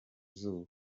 izuba